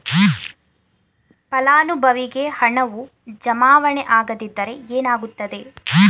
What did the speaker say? ಫಲಾನುಭವಿಗೆ ಹಣವು ಜಮಾವಣೆ ಆಗದಿದ್ದರೆ ಏನಾಗುತ್ತದೆ?